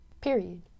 period